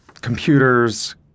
computers